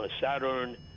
Saturn